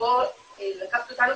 לבוא לקחת אותנו